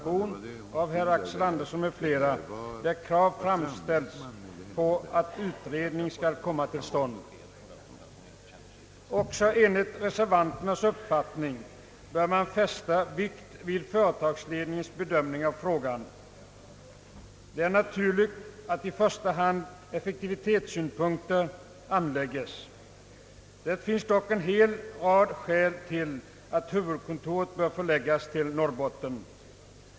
Också enligt reservanternas uppfattning bör man fästa vikt vid företagsledningens bedömning av frågan. Det är naturligt att i första hand effektivitetssynpunkter anlägges. Det finns dock en hel rad skäl för att huvudkontoret bör förläggas till Norrbotten.